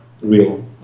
real